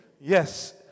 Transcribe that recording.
Yes